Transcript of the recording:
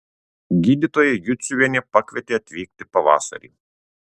gydytoja juciuvienė pakvietė atvykti pavasarį